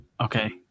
Okay